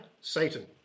Satan